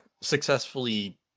successfully